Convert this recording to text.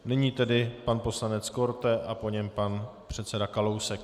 Nyní tedy pan poslanec Korte a po něm pan předseda Kalousek.